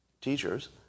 teachers